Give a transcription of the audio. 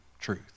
truth